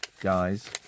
guys